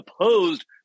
opposed